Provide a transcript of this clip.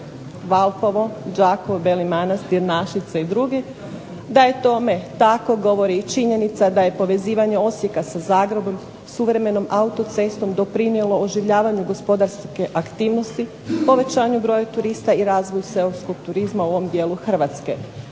Valpovo, Đakovo, Beli Manastir, Našice i drugi. Da je tome tako govori i činjenica da je povezivanje Osijeka sa Zagrebom suvremenom autocestom doprinijelo oživljavanju gospodarske aktivnosti, povećanju broja turista i razvoja seoskog turizma u ovom dijelu Hrvatske.